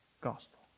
gospel